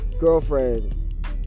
girlfriend